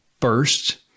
first